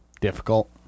difficult